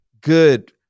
good